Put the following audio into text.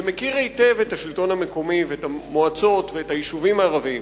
שמכיר היטב את השלטון המקומי ואת המועצות ואת היישובים הערביים.